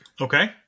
Okay